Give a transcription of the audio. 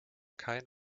kein